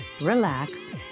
relax